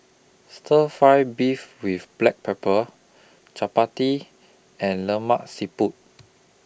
Stir Fry Beef with Black Pepper Chappati and Lemak Siput